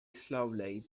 slowly